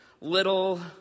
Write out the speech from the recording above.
little